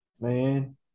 Man